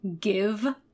give